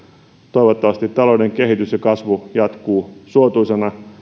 toivottavasti talouden kehitys ja kasvu jatkuu suotuisana ja